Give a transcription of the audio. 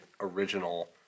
original